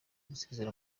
gusezera